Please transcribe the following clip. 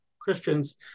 Christians